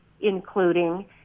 including